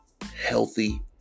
healthy